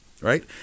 right